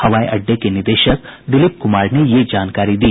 हवाई अड्डे के निदेशक दिलीप कुमार ने यह जानकारी दी